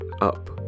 Up